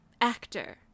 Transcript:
actor